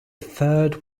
third